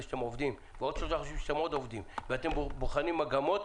ועובדים בשלושת החודשים שלאחר מכן וכי אתם בוחנים מגמות.